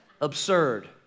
absurd